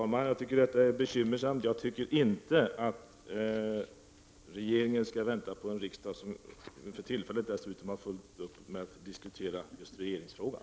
Herr talman! Jag tycker att detta är bekymmersamt. Jagt anser inte att regeringen skall vänta på en riksdag som nu dessutom har fullt upp med att diskutera regeringsfrågan.